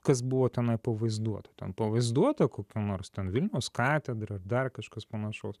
kas buvo tenai pavaizduoto ten pavaizduota kokia nors ten vilniaus katedra ar dar kažkas panašaus